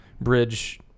bridge